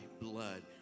blood